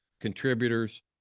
contributors